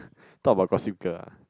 talk about Gossip Girl ah